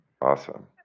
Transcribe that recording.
Awesome